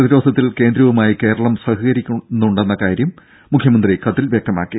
പ്രതിരോധത്തിൽ കേന്ദ്രവുമായി കോവിഡ് കേരളം സഹകരിക്കുന്നുണ്ടെന്ന കാര്യം മുഖ്യമന്ത്രി കത്തിൽ വ്യക്തമാക്കി